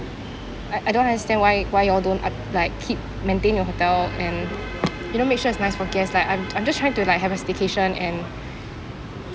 I I don't understand why why you all don't up like keep maintain your hotel and you know make sure it's nice for guest like I'm I'm just trying to like have this staycation and